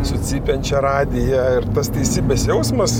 su cypiančia radija ir tas teisybės jausmas